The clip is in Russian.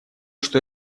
что